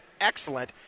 excellent